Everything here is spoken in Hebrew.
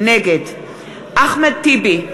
נגד אחמד טיבי,